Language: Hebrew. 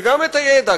וגם את הידע.